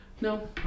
No